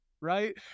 right